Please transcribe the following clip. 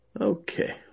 okay